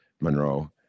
Monroe